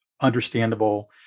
understandable